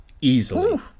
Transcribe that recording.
easily